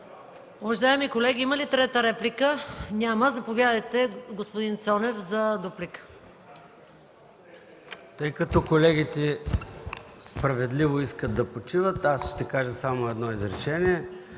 Уважаеми колеги, има ли трета реплика? Няма. Заповядайте, господин Цонев, за дуплика. ДОКЛАДЧИК ЙОРДАН ЦОНЕВ: Тъй като колегите справедливо искат да почиват, аз ще кажа само едно изречение.